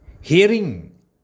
Hearing